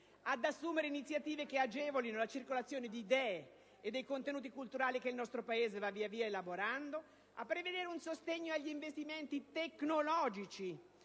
ad assumere iniziative che agevolino la circolazione di idee e dei contenuti culturali che il nostro Paese va progressivamente elaborando; a prevedere un sostegno agli investimenti tecnologici